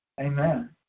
Amen